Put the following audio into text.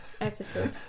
episode